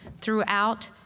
throughout